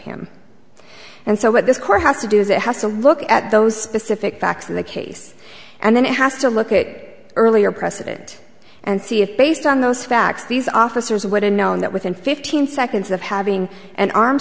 him and so what this court has to do is it has to look at those specific facts of the case and then it has to look at it earlier precedent and see if based on those facts these officers would have known that within fifteen seconds of having an arm